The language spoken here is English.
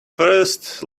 first